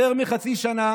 יותר מחצי שנה